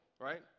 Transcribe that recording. right